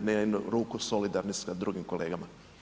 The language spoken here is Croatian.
na jednu ruku solidarni sa drugim kolegama.